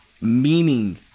meaning